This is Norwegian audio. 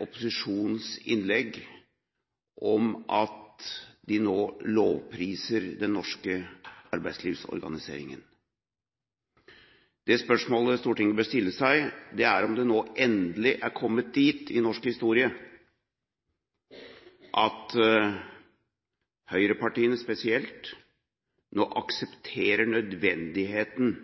opposisjonens innlegg, der de nå lovpriser den norske arbeidslivsorganiseringen. Det spørsmålet Stortinget bør stille seg, er om en nå endelig er kommet dit i norsk historie at høyrepartiene spesielt nå aksepterer nødvendigheten